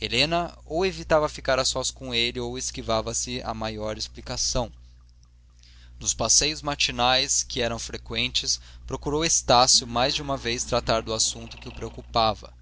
helena ou evitava ficar a sós com ele ou esquivava se a maior explicação nos passeios matinais que eram freqüentes procurou estácio mais de uma vez tratar do assunto que o preocupava